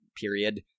period